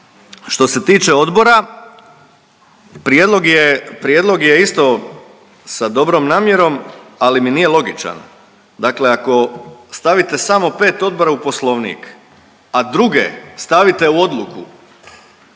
što se tiče odbora prijedlog je isto sa dobrom namjerom ali mi nije logičan. Dakle, ako stavite samo pet odbora u Poslovnik, a druge stavite u odluku